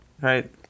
right